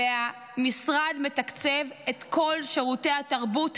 והמשרד מתקצב את כל שירותי התרבות,